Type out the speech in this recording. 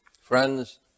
Friends